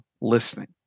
listening